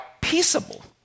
peaceable